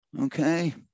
okay